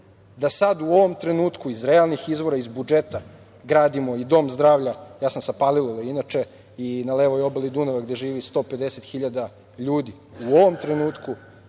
da sad u ovom trenutku iz realnih izvora, iz budžeta gradimo i dom zdravlja, ja sam sa Palilule inače i na levoj obali Dunava, gde živi 150.000 ljudi, u ovom trenutku